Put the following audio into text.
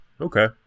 Okay